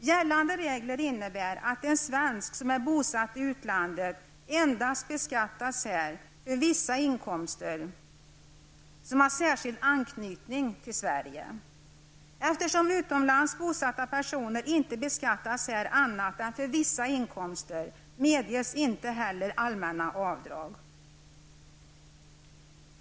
Gällande regler innebär att en svensk som är bosatt i utlandet endast beskattas här för vissa inkomster som har särskild anknytning till Sverige. Eftersom utomlands bosatta personer inte beskattas här annat än för vissa inkomster medges de inte heller allmänna avdrag.